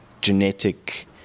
genetic